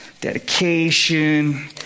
dedication